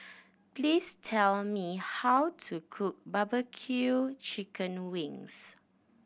please tell me how to cook barbecue chicken wings